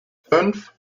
fünf